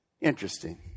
Interesting